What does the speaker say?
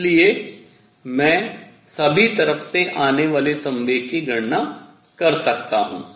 इसलिए मैं सभी तरफ से आने वाले संवेग की गणना कर सकता हूँ